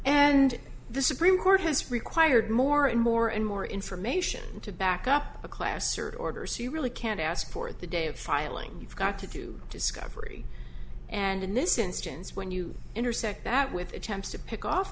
and the supreme court has required more and more and more information to back up a class or order so you really can't ask at the day of filing you've got to do discovery and in this instance when you intersect that with attempts to pick off